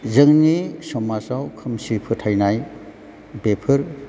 जोंनि समाजआव खोमसि फोथायनाय बेफोर